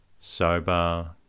sober